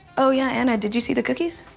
oh yeah, anna, did you see the cookies?